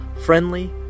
friendly